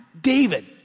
David